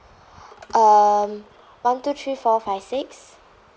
um one two three four five six